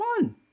one